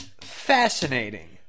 fascinating